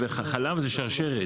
חלב זה שרשרת.